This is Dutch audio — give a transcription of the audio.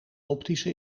optische